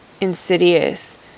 insidious